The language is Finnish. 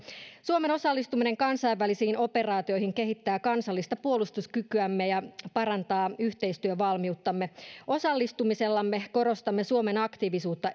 suomen osallistuminen kansainvälisiin operaatioihin kehittää kansallista puolustuskykyämme ja parantaa yhteistyövalmiuttamme osallistumisellamme korostamme suomen aktiivisuutta